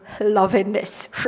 lovingness